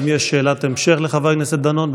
האם יש שאלת המשך לחבר הכנסת דנון?